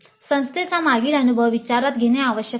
संस्थेचा मागील अनुभव विचारात घेणे आवश्यक आहे